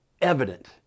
evident